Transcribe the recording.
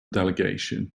delegation